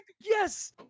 Yes